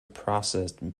processed